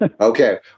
Okay